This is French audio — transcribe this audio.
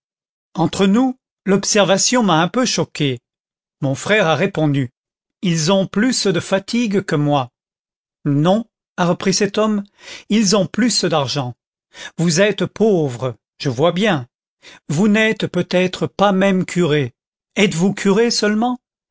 entre nous l'observation m'a un peu choquée mon frère a répondu ils ont plus de fatigue que moi non a repris cet homme ils ont plus d'argent vous êtes pauvre je vois bien vous n'êtes peut-être pas même curé êtes-vous curé seulement